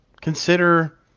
consider